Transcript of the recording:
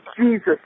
Jesus